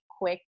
quick